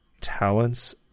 talents